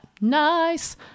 nice